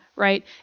right